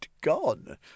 gone